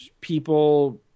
people